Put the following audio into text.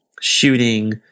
shooting